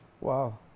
Wow